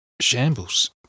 shambles